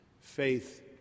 faith